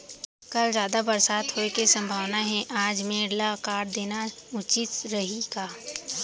कल जादा बरसात होये के सम्भावना हे, आज मेड़ ल काट देना उचित रही का?